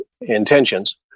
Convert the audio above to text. intentions